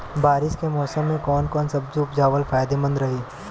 बारिश के मौषम मे कौन सब्जी उपजावल फायदेमंद रही?